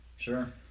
Sure